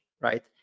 right